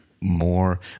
more